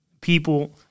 people